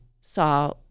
saw